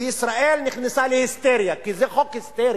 וישראל נכנסה להיסטריה, כי זה חוק היסטרי